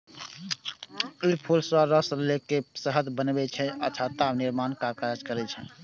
ई फूल सं रस लए के शहद बनबै छै आ छत्ता निर्माणक काज करै छै